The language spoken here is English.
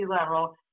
level